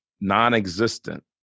non-existent